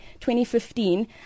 2015